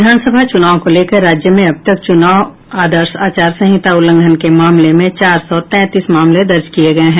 विधानसभा चूनाव को लेकर राज्य में अब तक चूनाव आदर्श आचार संहिता उल्लंघन के मामले में चार सौ तैंतीस मामले दर्ज किये गये हैं